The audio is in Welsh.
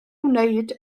wneud